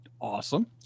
awesome